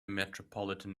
metropolitan